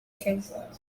kenya